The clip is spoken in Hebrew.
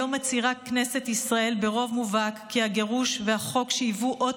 היום מצהירה כנסת ישראל ברוב מובהק כי הגירוש והחוק שהיוו אות